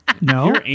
No